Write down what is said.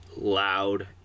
loud